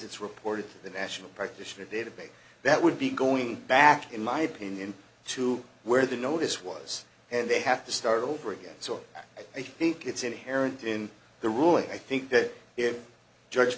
it's reported to the national practitioner data base that would be going back in my opinion to where the notice was and they have to start over again so i think it's inherent in the ruling i think that i